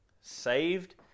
saved